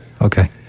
Okay